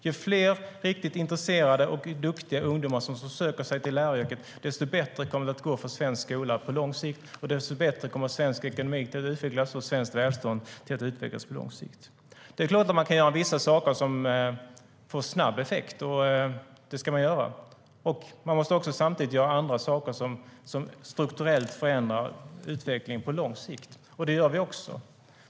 Ju fler riktigt intresserade och duktiga ungdomar som söker sig till läraryrket, desto bättre kommer det att gå för svensk skola på lång sikt, desto bättre kommer svensk ekonomi och svenskt välstånd att utvecklas på lång sikt. Det är klart att vissa saker kan göras som får snabb effekt. De ska göras. Men vi måste samtidigt göra andra saker som strukturellt förändrar utvecklingen på lång sikt. Det gör vi också.